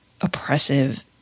oppressive